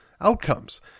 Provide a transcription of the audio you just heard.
outcomes